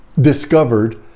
discovered